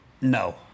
No